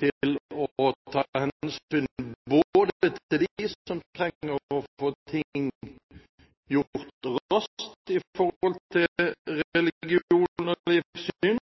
til å ta hensyn til både dem som trenger å få ting gjort raskt med tanke på religion, og livssyn,